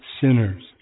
sinners